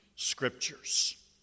scriptures